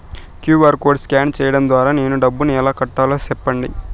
QR code scan సేయడం ద్వారా నేను డబ్బును ఎలా కట్టాలో సెప్పండి?